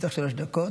לרשותך שלוש דקות.